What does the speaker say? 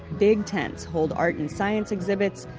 big tents hold art and science exhibits.